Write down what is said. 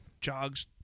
jogs